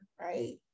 right